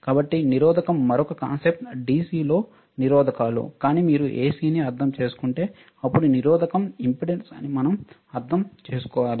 కాబట్టి నిరోధకo మరొక కాన్సెప్ట్ DC లో నిరోధకాలు కానీ మీరు AC ని అర్థం చేసుకుంటే అప్పుడు నిరోధకo ఇంపెడెన్స్ అని మనం అర్థం చేసుకోవాలి